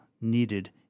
needed